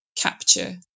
capture